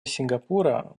сингапура